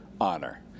honor